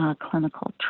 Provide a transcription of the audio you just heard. clinical